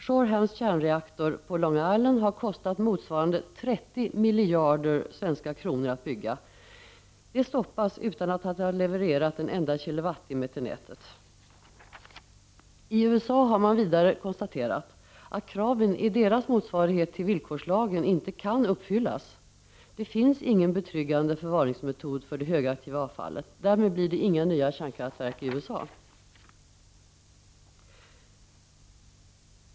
Shoreham kärnreaktor på Long Island har kostat motsvarande 30 miljarder svenska kronor att bygga. Den stoppas utan att ha levererat en enda kilowattimme till nätet. Man har i USA vidare konstaterat att kraven som ställs i deras motsvarighet till villkorslagen inte kan uppfyllas. Det finns ingen betryggande förvaringsmetod för det högaktiva avfallet. Därmed blir det inga nya kärnkraftverk i USA.